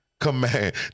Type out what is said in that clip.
Command